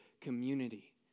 community